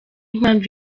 impamvu